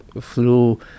flew